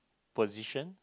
position